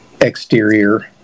exterior